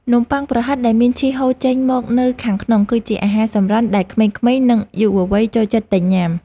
នំប៉័ងប្រហិតដែលមានឈីសហូរចេញមកនៅខាងក្នុងគឺជាអាហារសម្រន់ដែលក្មេងៗនិងយុវវ័យចូលចិត្តទិញញ៉ាំ។